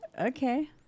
Okay